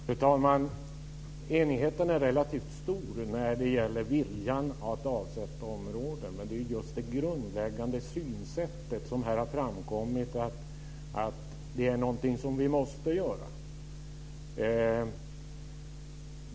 Fru talman! Enigheten är relativt stor när det gäller viljan att avsätta områden. Men det handlar just om det grundläggande synsättet som här har framkommit, att det är någonting som vi måste göra.